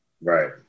Right